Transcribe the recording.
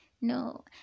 no